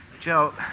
Joe